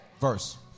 Verse